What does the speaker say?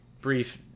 brief